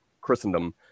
christendom